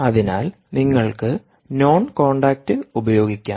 അതിനാൽ നിങ്ങൾക്ക് നോൺ കോൺടാക്റ്റ്ഉപയോഗിക്കാം